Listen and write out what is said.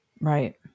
Right